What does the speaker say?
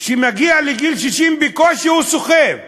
כשהוא מגיע לגיל 60 בקושי הוא סוחב,